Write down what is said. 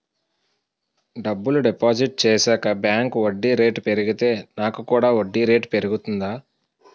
డబ్బులు డిపాజిట్ చేశాక బ్యాంక్ వడ్డీ రేటు పెరిగితే నాకు కూడా వడ్డీ రేటు పెరుగుతుందా?